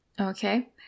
okay